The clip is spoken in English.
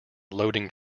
loading